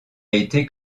été